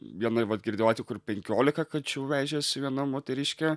vienai vat girdėjau atvejų kur penkiolika kačių vežėsi viena moteriškė